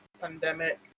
pandemic